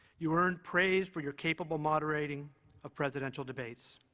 you earned praise for your capable moderating of presidential debates.